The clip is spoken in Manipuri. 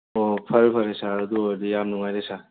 ꯑꯣ ꯐꯔꯦ ꯐꯔꯦ ꯁꯥꯔ ꯑꯗꯨ ꯑꯣꯏꯔꯗꯤ ꯌꯥꯝ ꯅꯨꯡꯉꯥꯏꯔꯦ ꯁꯥꯔ